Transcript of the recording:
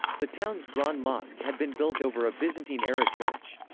the town's grand mosque had been built over a byzantine-era church.